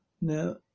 Now